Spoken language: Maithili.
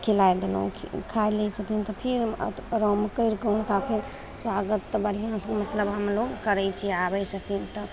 खिलै देलहुँ खीर खा लै छथिन तऽ फेर आराम करिके हुनका फेर स्वागत तऽ बढ़िआँसे मतलब हमलोक करै छिए आबै छथिन तऽ